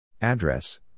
Address